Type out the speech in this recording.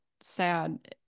sad